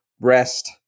rest